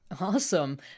Awesome